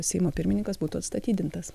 seimo pirmininkas būtų atstatydintas